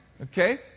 okay